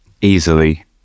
easily